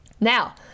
Now